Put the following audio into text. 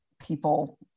people